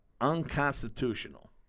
unconstitutional